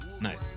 Nice